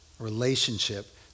Relationship